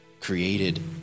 created